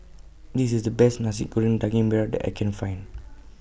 This IS The Best Nasi Goreng Daging Merah that I Can Find